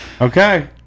Okay